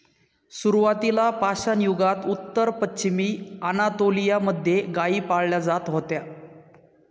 सुरुवातीला पाषाणयुगात उत्तर पश्चिमी अनातोलिया मध्ये गाई पाळल्या जात होत्या